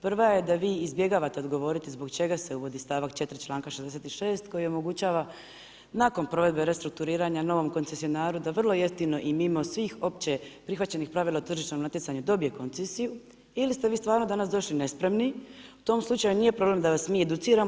Prva je da vi izbjegavate odgovoriti zbog čega se uvodi stava 4. čl. 66. koji omogućava nakon provedbe restrukturiranja novom koncesionaru da vrlo jeftino i mimo svih opće prihvaćenih pravila tržišnog natjecanja dobije koncesiju ili ste vi stvarno danas došli nespremni u tom slučaju nije problem da vas mi educiramo.